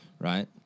right